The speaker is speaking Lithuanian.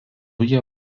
jie